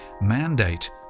mandate